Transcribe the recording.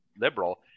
liberal